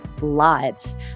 lives